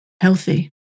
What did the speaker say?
healthy